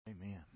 Amen